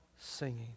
singing